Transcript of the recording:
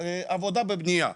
עבודה בבנייה?